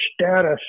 status